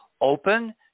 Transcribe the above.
open